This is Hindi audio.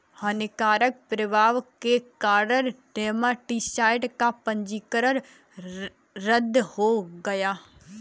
हानिकारक प्रभाव के कारण नेमाटीसाइड का पंजीकरण रद्द हो गया